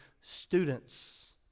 students